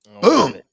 Boom